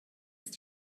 ist